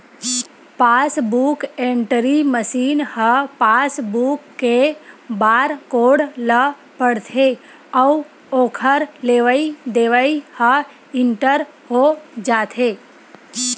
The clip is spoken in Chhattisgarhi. पासबूक एंटरी मसीन ह पासबूक के बारकोड ल पड़थे अउ ओखर लेवई देवई ह इंटरी हो जाथे